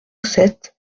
sept